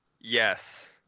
yes